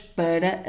para